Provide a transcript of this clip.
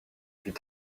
puis